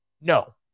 No